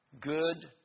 good